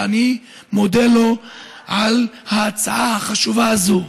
ואני מודה לו על ההצעה החשובה הזאת.